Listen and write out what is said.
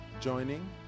joining